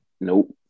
Nope